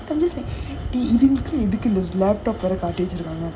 I'm just like இதுக்கு வந்து:idhuku vandhu laptop வேற வச்சிருக்காங்க:vera vachirukaanga